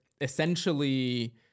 essentially